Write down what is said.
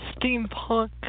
steampunk